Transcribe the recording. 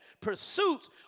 pursuits